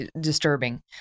disturbing